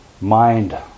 mind